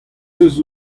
eus